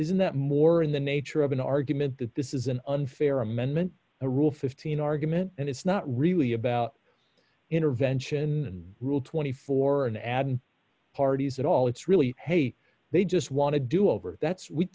isn't that more in the nature of an argument that this is an unfair amendment the rule fifteen argument and it's not really about intervention rule twenty four dollars an addon parties that all it's really hate they just want to do over that's we